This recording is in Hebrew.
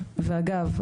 ואגב,